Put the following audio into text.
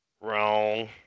Wrong